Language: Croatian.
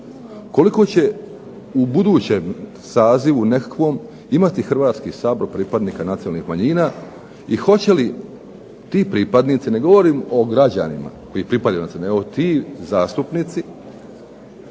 Koliko će u budućem sazivu nekakvom imati Hrvatski sabor pripadnika nacionalnih manjina i hoće li ti pripadnici, ne govorim o građanima koji pripadaju …/Govornik se ne